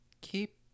keep